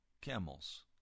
camels